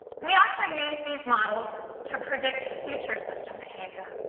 we also use these models to predict future system behavior.